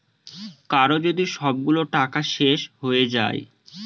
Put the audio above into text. কারো যদি সবগুলো টাকা শেষ হয়ে যায়